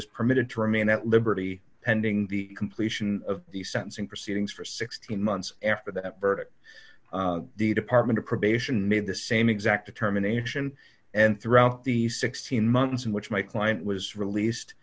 was permitted to remain at liberty pending the completion of the sentencing proceedings for sixteen months after that verdict department of probation made the same exact determination and throughout the sixteen months in which my client was released